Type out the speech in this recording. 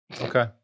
okay